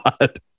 God